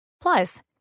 Plus